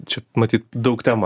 čia matyt daug temų